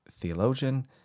theologian